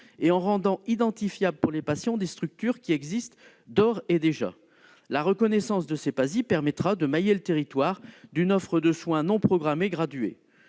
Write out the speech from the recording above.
et en rendant identifiables, pour les patients, des structures qui existent d'ores et déjà. La reconnaissance des PASI permettra de mailler le territoire d'une offre de soins non programmés graduée.